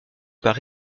par